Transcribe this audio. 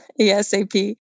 ASAP